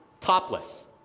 topless